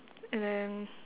and then